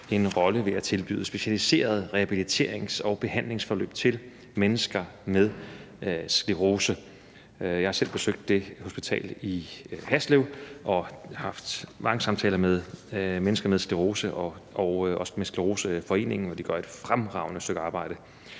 en rolle ved at tilbyde specialiserede rehabiliterings- og behandlingsforløb til mennesker med sklerose. Jeg har selv besøgt hospitalet i Haslev og haft mange samtaler med mennesker med sklerose og også med Scleroseforeningen, og de gør et fremragende stykke arbejde.